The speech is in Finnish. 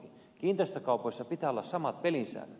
kiinteistökaupoissa pitää olla samat pelisäännöt